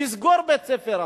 לסגור בית-ספר אחד.